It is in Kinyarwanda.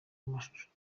mashusho